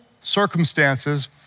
circumstances